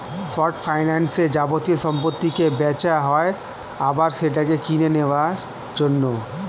short ফাইন্যান্সে যাবতীয় সম্পত্তিকে বেচা হয় আবার সেটাকে কিনে নেওয়ার জন্য